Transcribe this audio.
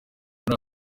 muri